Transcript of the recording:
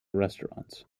restaurants